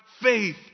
faith